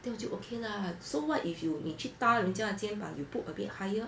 then 我就 okay lah so what if you will 你去搭人家的肩膀 you put a bit higher